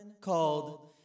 called